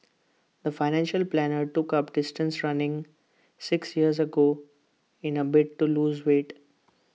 the financial planner took up distance running six years ago in A bid to lose weight